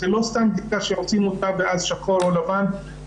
זאת לא סתם בדיקה שעושים אותה ואז שחור או לבן,